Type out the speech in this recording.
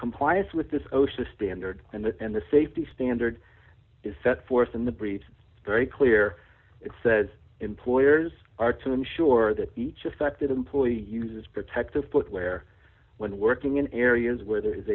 compliance with this osha standard and the safety standard is set forth in the briefs very clear it says employers are to ensure that each affected employee uses protective footwear when working in areas where there is